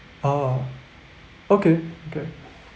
ah okay okay